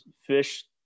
fish